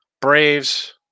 Braves